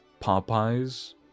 Popeye's